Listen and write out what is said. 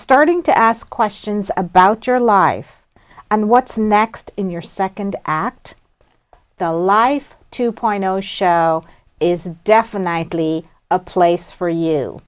starting to ask questions about your life and what's next in your second act the life two point zero show is definitely a place for you